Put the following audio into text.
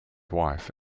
wife